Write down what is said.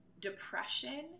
depression